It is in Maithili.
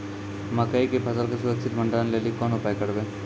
मकई के फसल के सुरक्षित भंडारण लेली कोंन उपाय करबै?